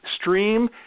stream